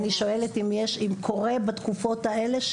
אני שואלת אם קורה בתקופות האלה,